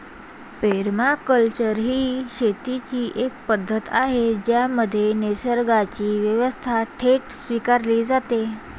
permaculture ही शेतीची एक पद्धत आहे ज्यामध्ये निसर्गाची व्यवस्था थेट स्वीकारली जाते